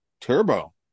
Turbo